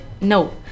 no